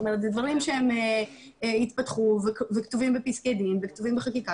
אלה דברים שהתפתחו וכתובים בפסקי דין וכתובים בחקיקה